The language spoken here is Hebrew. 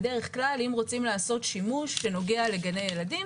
בדרך כלל אם רוצים לעשות שימוש שנוגע לגני ילדים,